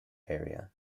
area